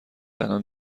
الان